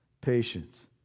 patience